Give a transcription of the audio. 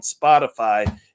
Spotify